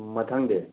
ꯃꯊꯪꯗꯤ